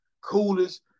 coolest